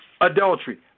Adultery